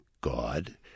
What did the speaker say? God